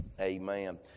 amen